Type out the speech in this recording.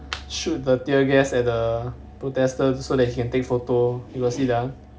shoot the tear gas at the protesters so that he can take photo you got see that one